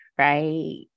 right